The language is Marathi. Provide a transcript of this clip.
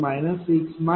6446 0